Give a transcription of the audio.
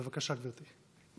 בבקשה, גברתי.